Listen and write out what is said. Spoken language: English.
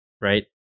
right